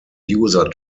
user